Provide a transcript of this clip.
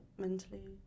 mentally